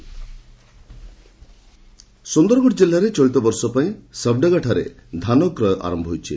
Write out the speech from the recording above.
ଧାନ କ୍ରୟ ସୁନ୍ଦରଗଡ଼ ଜିଲ୍ଲାରେ ଚଳିତବର୍ଷ ପାଇଁ ସବଡେଗାଠାରେ ଧାନକ୍ରୟ ଆର ହୋଇଛି